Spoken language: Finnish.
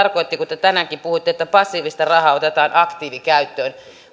te tänäänkin puhuitte että passiivista rahaa otetaan aktiivikäyttöön